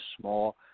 small